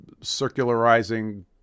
circularizing